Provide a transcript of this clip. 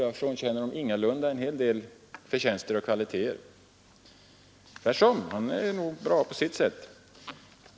Jag frånkänner honom ingalunda en hel del förtjänster och kvaliteter. Tvärtom, han är nog bra på sitt sätt.